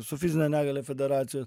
su fizine negalia federacija